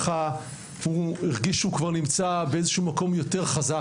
הוא הרגיש שהוא נמצא במקום יותר חזק